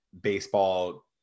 baseball